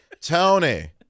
Tony